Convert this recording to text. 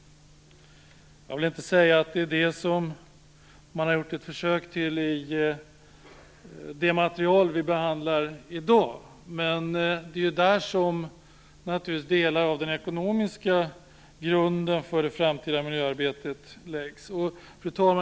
Jag vill inte säga att det är det som man har gjort ett försök till i det material som vi behandlar i dag. Men det är naturligtvis där som delar av den ekonomiska grunden för det framtida miljöarbetet läggs. Fru talman!